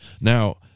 Now